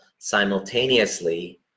simultaneously